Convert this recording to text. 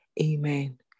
Amen